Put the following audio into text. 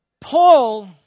Paul